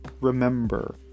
remember